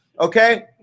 Okay